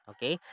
Okay